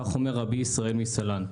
כך אומר רבי ישראל מסלנט.